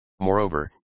Moreover